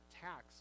tax